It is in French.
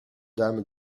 dame